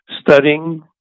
studying